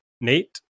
Nate